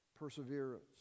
Perseverance